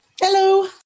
Hello